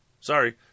Sorry